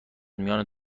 میان